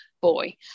boy